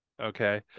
okay